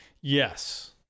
Yes